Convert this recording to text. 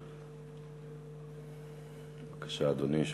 בבקשה, אדוני.